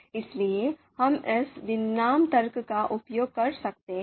इसलिए हम इस डिमनाम तर्क का उपयोग कर सकते हैं